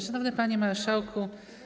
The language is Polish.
Szanowny Panie Marszałku!